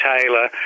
Taylor